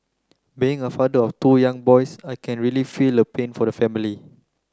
being a father of two young boys I can really feel the pain for the family